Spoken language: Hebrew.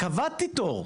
קבעתי תור,